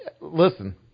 listen